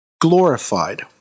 glorified